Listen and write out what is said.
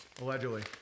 allegedly